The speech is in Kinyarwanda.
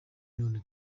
none